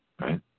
right